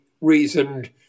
reasoned